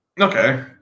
Okay